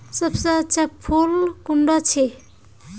सबसे अच्छा फुल कुंडा छै?